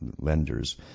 lenders